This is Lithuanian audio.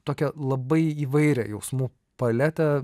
tokią labai įvairią jausmų paletę